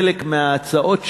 וחלק מההצעות שלהם,